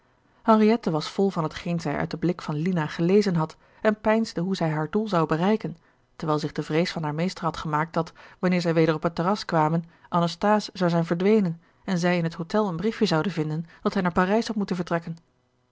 henriette was vol van hetgeen zij uit den blik van lina gelezen had en peinsde hoe zij haar doel zou bereiken terwijl zich de vrees van haar meester had gemaakt dat wanneer zij weder op het gerard keller het testament van mevrouw de tonnette terras kwamen anasthase zou zijn verdwenen en zij in het hotel een briefje zouden vinden dat hij naar parijs had moeten vertrekken